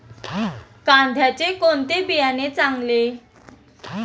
कांद्याचे कोणते बियाणे चांगले?